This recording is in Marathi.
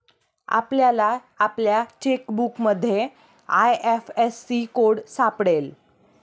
आपल्याला आपल्या चेकबुकमध्ये आय.एफ.एस.सी कोड सापडेल